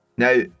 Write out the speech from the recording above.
Now